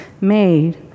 made